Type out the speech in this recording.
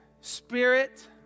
Spirit